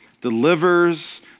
delivers